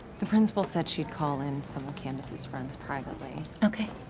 the principal said she'd call in some of candace's friends privately. okay.